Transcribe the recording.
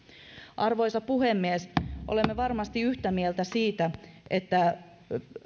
arvoisa puhemies olemme varmasti yhtä mieltä siitä että